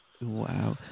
Wow